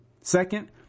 Second